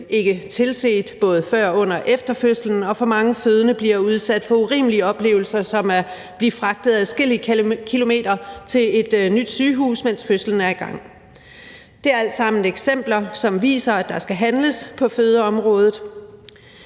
ikke tilset, både før, under og efter fødslen, og for mange fødende bliver udsat for urimelige oplevelser som at blive fragtet adskillige kilometer til et nyt sygehus, mens fødslen er i gang. Det er alt sammen eksempler, som viser, at der skal handles på fødeområdet,